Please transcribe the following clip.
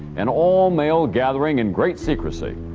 an all-male gathering in great secrecy.